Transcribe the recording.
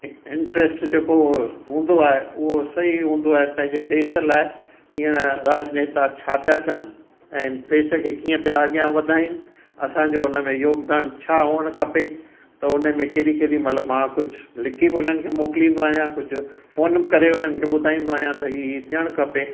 interest जेको हूंदो आहे उहो सही हूंदो आहे पंहिंजे देश लाइ हींअर राजनेता छा पिया कनि ऐं देश खे कीअं पिया अॻियां वधाइनि असांजो हुनमें योगदानु छा हुअण खपे त उनमें केॾी केॾी महिल मां कुझु लिखी बि उन्हनि खे मोकिलींदो आहियां कुझु फ़ोन बि करे उन्हनि खे ॿुधाईंदो आहियां की हीउ हीउ थियणु खपे